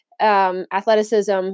athleticism